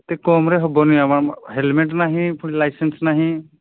ଏତେ କମରେ ହବନି ହେଲମେଟ ନାହିଁ ପୁଣି ଲାଇସେନ୍ସ ନାହିଁ